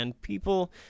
people